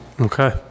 okay